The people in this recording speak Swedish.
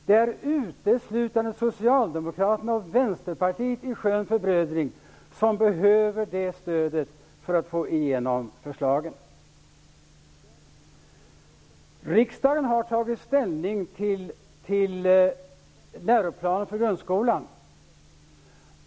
Det är uteslutande Socialdemokraterna och Vänsterpartiet som i skön förbrödring behöver det stödet för att få igenom förslagen. Riksdagen har tagit ställning till läroplanen för grundskolan.